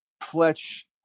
Fletch